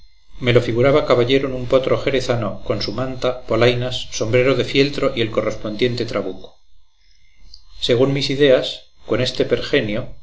me lo figuraba caballero en un potro jerezano con su manta polainas sombrero de fieltro y el correspondiente trabuco según mis ideas con este